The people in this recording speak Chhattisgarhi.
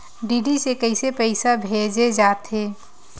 डी.डी से कइसे पईसा भेजे जाथे?